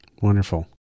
Wonderful